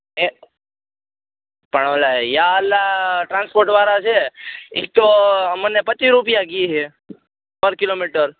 એ પણ ઓલા યા અલા ટ્રાન્સપોર્ટ વારા છે ઇતો મને પચીસ રૂપિયા કહે છે પર કિલોમીટર